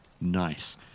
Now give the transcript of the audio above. nice